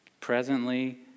presently